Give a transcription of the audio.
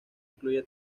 incluye